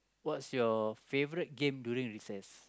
what's your favourite game during recess